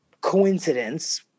coincidence